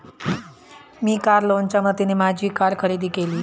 मी car लोनच्या मदतीने माझी कार खरेदी केली